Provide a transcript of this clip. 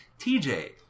TJ